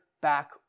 back